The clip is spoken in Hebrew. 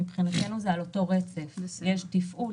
מבחינתנו זה על אותו רצף: יש תפעול,